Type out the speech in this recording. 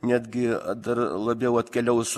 netgi dar labiau atkeliaus